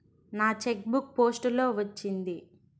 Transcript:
నా cheque book post లో వచ్చింది